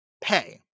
pay